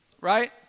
right